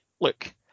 look